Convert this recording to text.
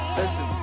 listen